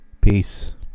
Peace